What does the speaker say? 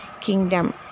kingdom